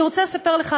אני רוצה לספר לך,